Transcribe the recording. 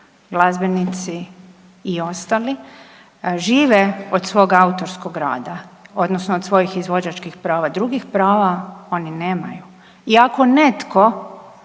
glazbenici i ostali žive od svog autorskog rada odnosno od svojih izvođačkih prava, drugih prava oni nemaju. I ako netko